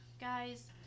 guys